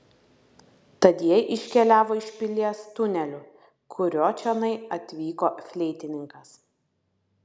tad jie iškeliavo iš pilies tuneliu kuriuo čionai atvyko fleitininkas